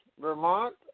Vermont